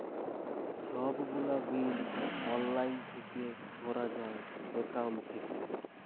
ছব গুলা বিল অললাইল থ্যাইকে ভরা যায় একাউল্ট থ্যাইকে